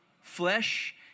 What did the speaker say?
flesh